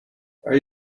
are